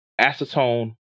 acetone